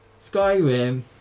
Skyrim